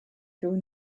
through